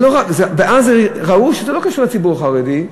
אז ראו שזה לא קשור לציבור החרדי.